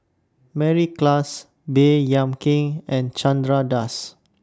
Mary Klass Baey Yam Keng and Chandra Das